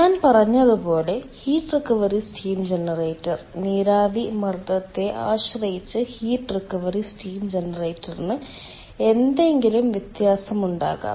ഞാൻ പറഞ്ഞതുപോലെ heat recovery steam generator നീരാവി മർദ്ദത്തെ ആശ്രയിച്ച് ഹീറ്റ് റിക്കവറി സ്റ്റീം ജനറേറ്ററിന് എന്തെങ്കിലും വ്യത്യാസമുണ്ടാകാം